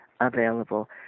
available